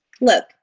look